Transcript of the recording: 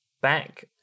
back